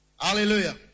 Hallelujah